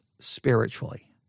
Spiritually